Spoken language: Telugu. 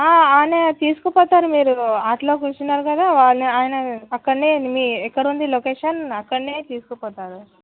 ఆడ తీసుకుపోతారు మీరు ఆటోలో కూర్చున్నారు కదా వాళ్ళు ఆయనే అక్కడనే మీ ఎక్కడ ఉంది లొకేషన్ అక్కడనే తీసుకుపోతారు